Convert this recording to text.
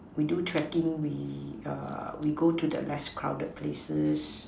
we do trekking we err we go to the less crowded places